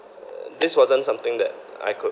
uh this wasn't something that I could